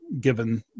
given